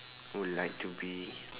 would like to be